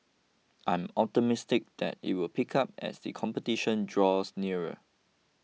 I'm optimistic that it will pick up as the competition draws nearer